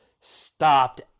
stopped